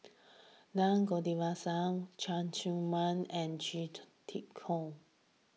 Naa Govindasamy Cheng Tsang Man and Chia Tee Chiak